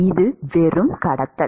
இது வெறும் கடத்தல்